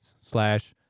slash